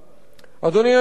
אדוני היושב-ראש,